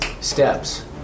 steps